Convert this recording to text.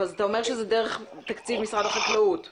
אז אתה אומר שזה דרך תקציב משרד החקלאות?